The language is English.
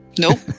Nope